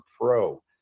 Pro